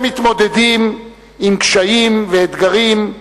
הם מתמודדים עם קשיים ואתגרים,